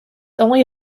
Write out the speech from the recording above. only